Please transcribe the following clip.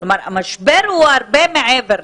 כלומר, המשבר הוא הרבה מעבר לזה.